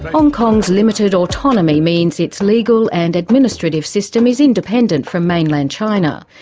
hong kong's limited autonomy means its legal and administrative system is independent from mainland china,